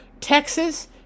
Texas